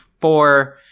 Four